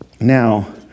Now